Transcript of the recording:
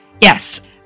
Yes